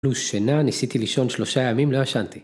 פלוס שינה, ניסיתי לישון שלושה ימים, לא ישנתי.